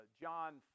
John